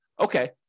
okay